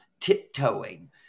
tiptoeing